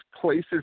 places